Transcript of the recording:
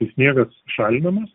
sniegas šalinamas